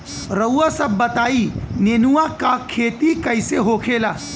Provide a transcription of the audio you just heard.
रउआ सभ बताई नेनुआ क खेती कईसे होखेला?